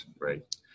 Right